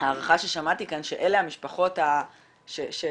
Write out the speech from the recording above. הערכה ששמעתי כאן שאלה המשפחות שמחולצות